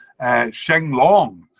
Shenglong